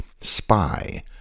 spy